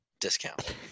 discount